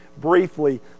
briefly